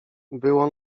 było